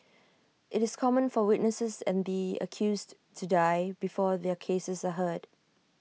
IT is common for witnesses and the accused to die before their cases are heard